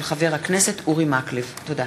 תודה.